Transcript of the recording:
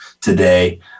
today